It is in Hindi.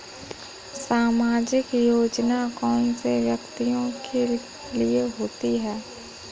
सामाजिक योजना कौन से व्यक्तियों के लिए होती है?